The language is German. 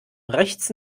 rechts